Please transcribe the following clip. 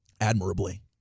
Admirably